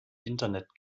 internet